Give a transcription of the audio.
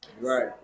Right